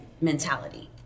mentality